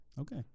Okay